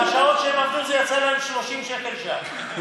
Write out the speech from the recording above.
עם השעות שהם עבדו זה יצא להם 30 שקלים לשעה.